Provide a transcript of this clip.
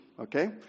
okay